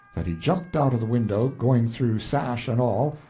that he jumped out of the window, going through sash and all,